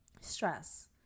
Stress